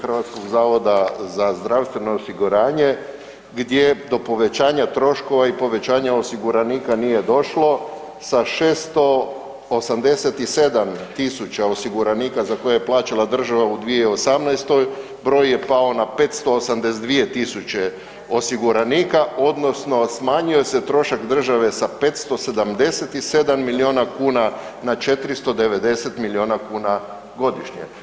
Hrvatskog zavoda za zdravstveno osiguranje, gdje do povećanja troškova i povećanja osiguranika nije došlo sa 687 000 osiguranika za koje je plaćala država u 2018. broj je pao na 582 000 osiguranika, odnosno smanjio se trošak države sa 577 milijuna kuna na 490 milijuna kuna godišnje.